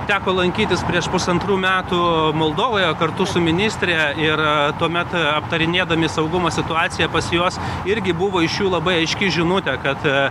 teko lankytis prieš pusantrų metų moldovoje kartu su ministre ir tuomet aptarinėdami saugumo situaciją pas juos irgi buvo iš jų labai aiški žinutė kad